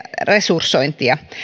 lisäresursointia